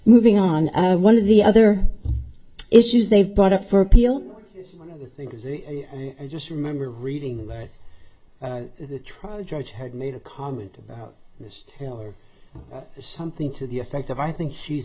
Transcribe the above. moving on one of the other issues they've brought up for appeal because i just remember reading the trial judge had made a comment about this something to the effect of i think she's